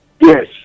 yes